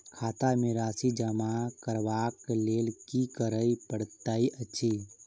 खाता मे राशि जमा करबाक लेल की करै पड़तै अछि?